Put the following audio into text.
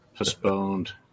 Postponed